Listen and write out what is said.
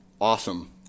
awesome